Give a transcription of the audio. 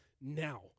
now